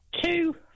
two